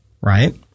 right